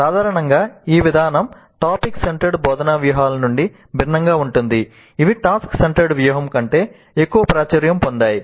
సాధారణంగా ఈ విధానం టాపిక్ సెంటర్డ్ బోధనా వ్యూహాల నుండి భిన్నంగా ఉంటుంది ఇవి టాస్క్ సెంటర్డ్ వ్యూహం కంటే ఎక్కువ ప్రాచుర్యం పొందాయి